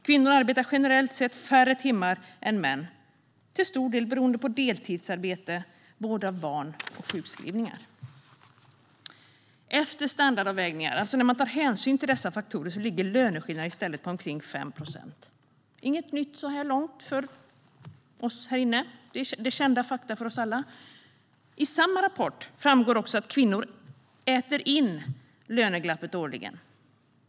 Kvinnor arbetar generellt sett färre timmar än män, till stor del beroende på deltidsarbete, vård av barn och sjukskrivningar. Efter standardavvägningar - alltså när man tar hänsyn till dessa faktorer - ligger löneskillnaderna i stället på omkring 5 procent. Det är inget nytt så här långt för oss här inne. Det är kända fakta för oss alla. I samma rapport framgår också att kvinnor "äter in" löneglappet årligen.